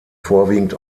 vorwiegend